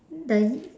the